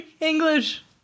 English